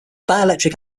dielectric